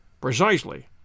Precisely